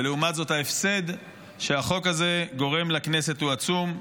ולעומת זאת ההפסד שהחוק הזה גורם לכנסת עצום.